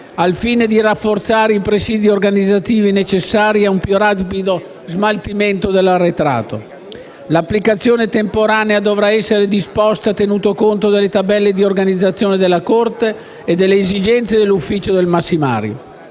al fine di rafforzare i presidi organizzativi necessari a un più rapido smaltimento dell'arretrato. L'applicazione temporanea dovrà essere disposta tenuto conto delle tabelle di organizzazione della Corte e delle esigenze dell'Ufficio del massimario.